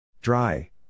Dry